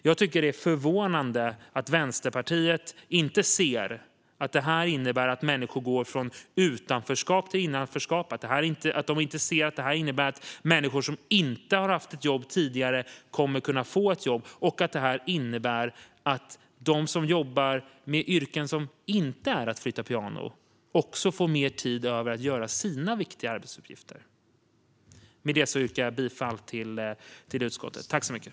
Jag tycker att det är förvånande att Vänsterpartiet inte ser att det här innebär att människor går från utanförskap till innanförskap och att de inte ser att det här innebär att människor som inte har haft ett jobb tidigare kommer att kunna få ett jobb och att de som jobbar med yrken som inte innebär att flytta pianon också får mer tid över till att utföra sina viktiga arbetsuppgifter. Med detta yrkar jag bifall till utskottets förslag.